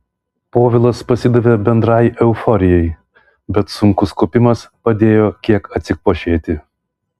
povilas pasidavė bendrai euforijai bet sunkus kopimas padėjo kiek atsikvošėti